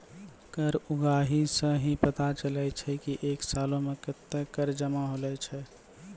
कर उगाही सं ही पता चलै छै की एक सालो मे कत्ते कर जमा होलो छै